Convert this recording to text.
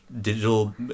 digital